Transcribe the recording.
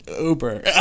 Uber